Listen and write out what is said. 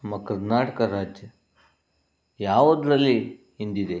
ನಮ್ಮ ಕರ್ನಾಟಕ ರಾಜ್ಯ ಯಾವುದರಲ್ಲಿ ಹಿಂದಿದೆ